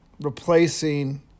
replacing